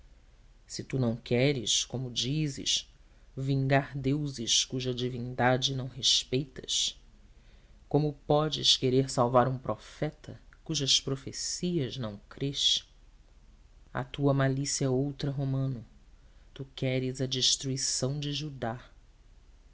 se tu não queres como dizes vingar deuses cuja divindade não respeitas como podes querer salvar um profeta cujas profecias não crês a tua malícia é outra romano tu queres a destruição de judá